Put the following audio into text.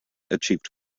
achieved